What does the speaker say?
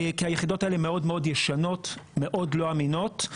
כי היחידות האלה מאוד ישנות ומאוד לא אמינות.